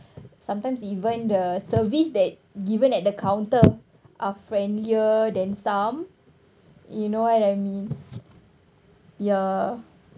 sometimes even the service that given at the counter are friendlier than some you know what I mean ya